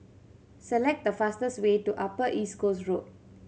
select the fastest way to Upper East Coast Road